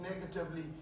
negatively